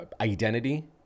identity